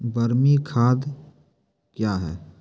बरमी खाद कया हैं?